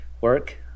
work